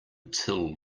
till